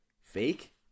fake